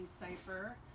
Cipher